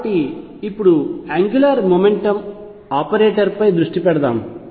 కాబట్టి ఇప్పుడు angular mechanics ఆపరేటర్పై దృష్టి పెడదాం